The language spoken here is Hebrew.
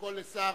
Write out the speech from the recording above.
נמצא סגן שר